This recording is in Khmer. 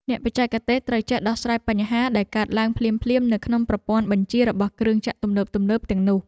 អ្នកបច្ចេកទេសត្រូវចេះដោះស្រាយបញ្ហាដែលកើតឡើងភ្លាមៗនៅក្នុងប្រព័ន្ធបញ្ជារបស់គ្រឿងចក្រទំនើបៗទាំងនោះ។